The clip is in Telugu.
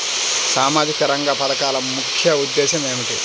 సామాజిక రంగ పథకాల ముఖ్య ఉద్దేశం ఏమిటీ?